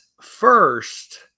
first